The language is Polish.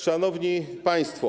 Szanowni Państwo!